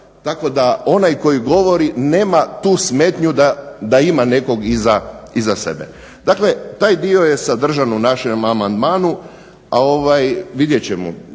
tako da onaj koji govori nema tu smetnju da ima nekog iza sebe. Dakle, taj dio je sadržan u našem amandmanu, vidjet ćemo